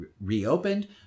reopened